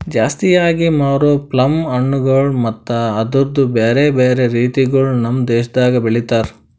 ಜಾಸ್ತಿ ಆಗಿ ಮಾರೋ ಪ್ಲಮ್ ಹಣ್ಣುಗೊಳ್ ಮತ್ತ ಅದುರ್ದು ಬ್ಯಾರೆ ಬ್ಯಾರೆ ರೀತಿಗೊಳ್ ನಮ್ ದೇಶದಾಗ್ ಬೆಳಿತಾರ್